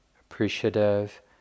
appreciative